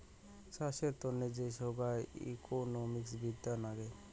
চাষের তন্ন যে সোগায় ইকোনোমিক্স বিদ্যা নাগে